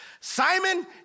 Simon